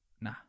Nah